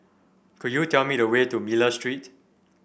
could you tell me the way to Miller Street